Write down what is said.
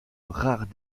rares